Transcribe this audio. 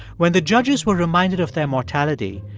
when the judges were reminded of their mortality,